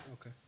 Okay